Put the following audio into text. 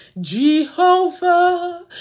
Jehovah